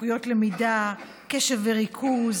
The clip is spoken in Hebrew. לקויות למידה, קשב וריכוז